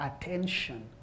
attention